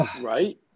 right